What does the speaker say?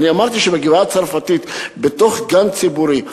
אמרתי שבגבעה-הצרפתית בתוך גן ציבורי,